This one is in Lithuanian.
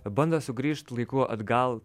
bando sugrįžt laiku atgal